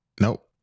Nope